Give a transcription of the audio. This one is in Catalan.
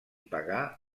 pagar